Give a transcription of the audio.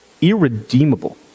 irredeemable